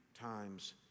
times